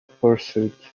pursuit